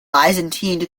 byzantine